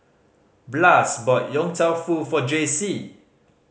Blas bought Yong Tau Foo for Jaycee